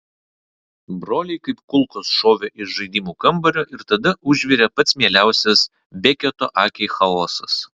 broliai kaip kulkos šovė iš žaidimų kambario ir tada užvirė pats mieliausias beketo akiai chaosas